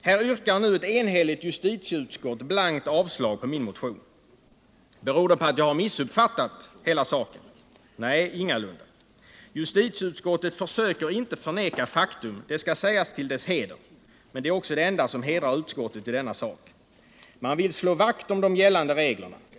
Här yrkar nu ett enhälligt justitieutskott blankt avslag på min motion. Beror det på att jag har missuppfattat hela saken? Nej, ingalunda. Justitieutskottet försöker inte förneka faktum, det skall sägas till dess heder. Men det är också det enda som hedrar utskottet i denna sak. Man vill slå vakt om de gällande reglerna.